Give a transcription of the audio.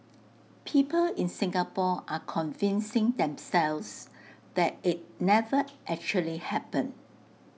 people in Singapore are convincing themselves that IT never actually happened